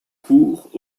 cours